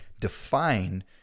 define